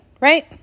right